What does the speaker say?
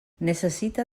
necessite